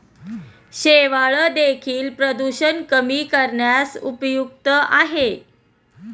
शेवाळं देखील प्रदूषण कमी करण्यास उपयुक्त आहे